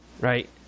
Right